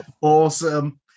Awesome